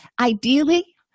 Ideally